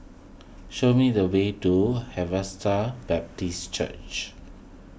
show me the way to Harvester Baptist Church